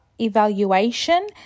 evaluation